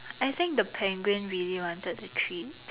I think the penguin really wanted a treat